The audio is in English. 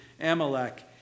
Amalek